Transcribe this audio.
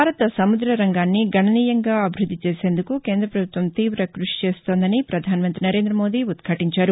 భారత సముద్ర రంగాన్ని గణనీయంగా అభివృద్దిచేసేందుకు కేంద్ర పభుత్వం తీవ క్బషిచేస్తోందని ప్రధానమంత్రి నరేందమోదీ ఉద్యాటించారు